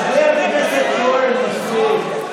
חבר הכנסת כהן, מספיק.